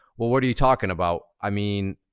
what what are you talking about? i mean,